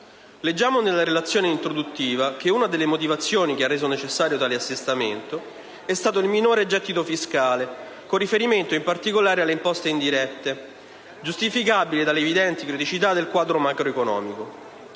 Leggiamo nella relazione introduttiva che una delle motivazioni che ha reso necessario tale assestamento è stato il minore gettito fiscale, con riferimento, in particolare, alle imposte indirette, giustificabile dalle evidenti criticità del quadro macroeconomico.